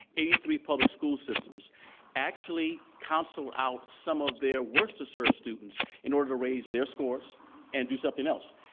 eighty three public school systems actually counseled out some of their worst disserved students in order to raise their scores and do something else.